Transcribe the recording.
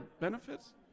benefits